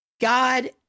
God